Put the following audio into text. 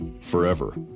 forever